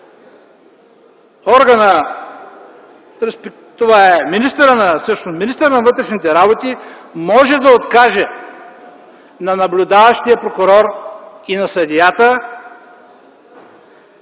органът – това е министърът на вътрешните работи, може да откаже на наблюдаващия прокурор и на съдията